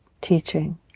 teaching